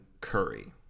curry